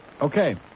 Okay